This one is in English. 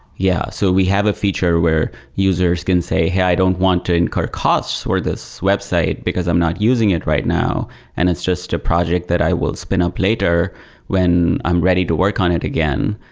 yeah. so we have a feature where users can say, hey, i don't want to incur costs for this website, because i'm not using it right now and it's just a project that i will spin up later when i'm ready to work on it again.